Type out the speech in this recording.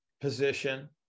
position